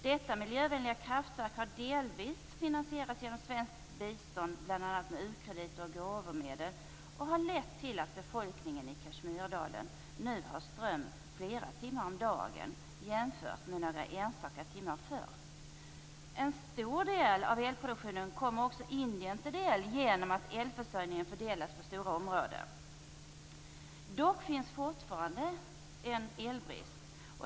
Detta miljövänliga kraftverk har delvis finansierats genom svenskt bistånd, bl.a. med u-krediter och gåvomedel och har lett till att befolkningen i Kashmirdalen nu har ström flera timmar om dagen, jämfört med några enstaka timmar förr. En stor del av elproduktionen kommer också Indien till del genom att elförsörjningen fördelas på stora områden. Dock råder det fortfarande elbrist.